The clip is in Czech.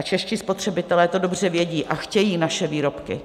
Čeští spotřebitelé to dobře vědí a chtějí naše výrobky.